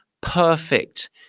perfect